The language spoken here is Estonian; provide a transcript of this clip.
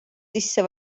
sisse